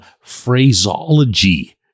phraseology